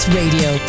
radio